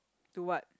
to what